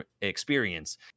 experience